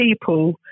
people